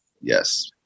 Yes